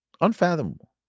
unfathomable